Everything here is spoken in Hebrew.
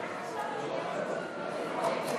שרים,